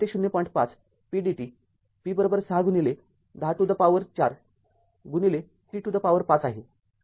५ pdt p६१० to the power ४ t to the power ५ आहे